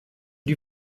die